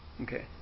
Okay